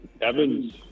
Evans